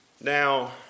Now